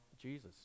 Jesus